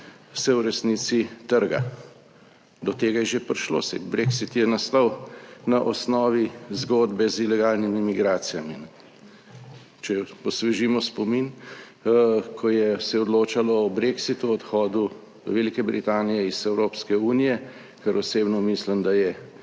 se v resnici trga. Do tega je že prišlo, saj Brexit je nastal na osnovi zgodbe z ilegalnimi migracijami. Če osvežimo spomin, ko se je odločalo o Brexitu, o odhodu Velike Britanije iz Evropske unije, kar osebno mislim, da je